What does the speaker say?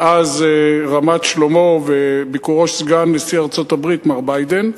מאז רמת-שלמה וביקורו של סגן נשיא ארצות-הברית מר ביידן.